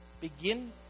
Begin